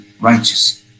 righteous